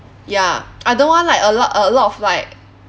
ya I don't want like a lot a lot of like